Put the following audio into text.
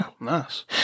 Nice